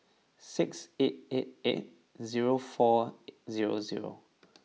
six eight eight eight zero four zero zero